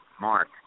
Mark